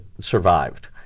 survived